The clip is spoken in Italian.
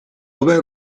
aver